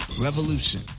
revolution